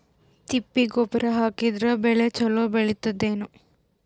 ತಿಪ್ಪಿ ಗೊಬ್ಬರ ಹಾಕಿದರ ಬೆಳ ಚಲೋ ಬೆಳಿತದೇನು?